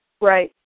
Right